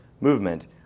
movement